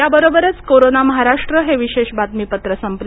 याबरोबरच कोरोना महाराष्ट्र हे विशेष बातमीपत्र संपलं